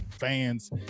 fans